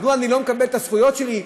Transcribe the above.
מדוע אתה לא מקבל את הזכויות שלך,